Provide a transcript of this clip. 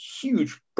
huge